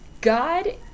God